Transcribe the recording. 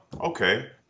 Okay